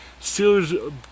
Steelers